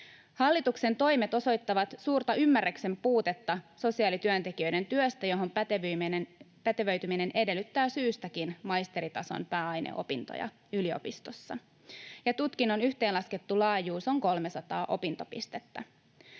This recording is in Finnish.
Hallituksen toimet osoittavat suurta ymmärryksen puutetta sosiaalityöntekijöiden työstä, johon pätevöityminen edellyttää syystäkin maisteritason pääaineopintoja yliopistossa, ja tutkinnon yhteenlaskettu laajuus on 300 opintopistettä.